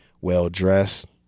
Well-dressed